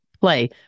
play